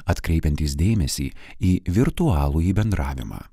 atkreipiantys dėmesį į virtualųjį bendravimą